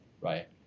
right